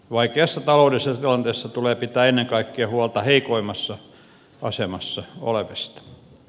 vaikeassa taloudellisessa tilanteessa tulee pitää ennen kaikkea huolta heikoimmassa asemassa olevista